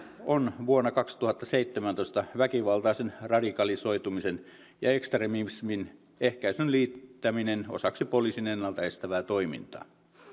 on vuonna kaksituhattaseitsemäntoista väkivaltaisen radikalisoitumisen ja ekstremismin ehkäisyn liittäminen osaksi poliisin ennalta estävää toimintaa